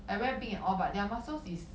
like very big and all but their muscles is